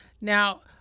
Now